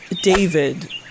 David